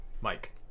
Mike